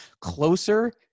closer